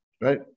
right